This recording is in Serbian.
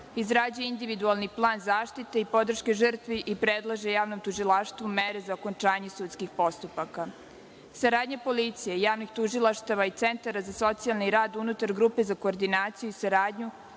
izrađuje individualni plan zaštite i podrške žrtvi i predlaže javnom tužilaštvu mere za okončanje sudskih postupaka. Saradnja policije i javnih tužilaštava i centara za socijalni rad unutar grupe za koordinaciju i saradnju